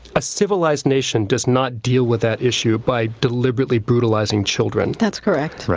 a civilized nation does not deal with that issue by deliberately brutalizing children. that's correct. right.